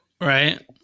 Right